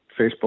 Facebook